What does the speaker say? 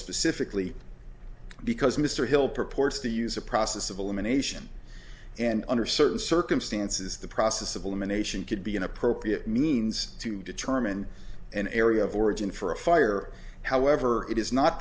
specifically because mr hill purports to use a process of elimination and under certain circumstances the process of elimination could be an appropriate means to determine an area of origin for a fire however it is not